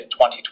2020